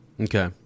Okay